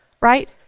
right